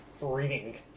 reading